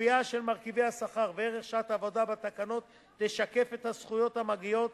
הקביעה של מרכיבי השכר וערך שעת העבודה בתקנות תשקף את הזכויות המגיעות